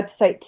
website